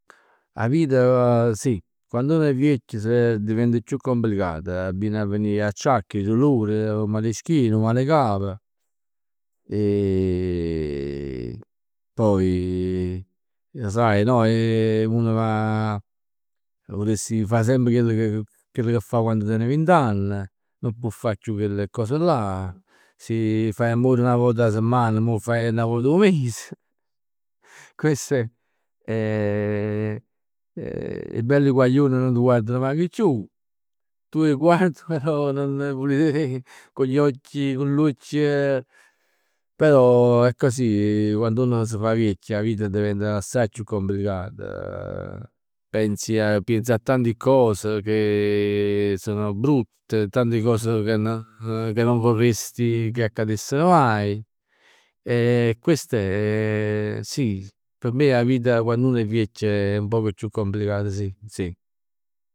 'A vit, sì. Quann uno è viecchj s'addivent chiù complicat. Abbian a venì gli acciacchi, 'e dulor, 'o male 'e schiena, 'o mal 'e cap. E poi sai e, uno va vuless fa semp chell che fa che fa quann ten vint'ann. Nun può fa chiù chelli cos là. Si fai l'ammor 'na vot 'a semman, mo 'a faje 'na vot 'o mes. Questo è, è belle guaglione nun t' guardano manc chiù. Tu 'e guardi però nun vulè con gli occhi, cu l'uocchi. Però eh è così quando uno s' fa viecchio, 'a vita diventa assaje chiù complicat. Pensi, pienz a tanti cos che sono brutte, tanti cos sono che non vorresti che accadessero mai. E questo sì, p' me 'a vita quann uno è viecchio è nu poc chiù complicata sì, sì.